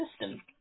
system